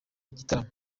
gitaramo